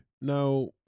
Now